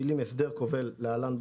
המילים "הסדר כובל (להלן,